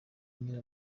inyura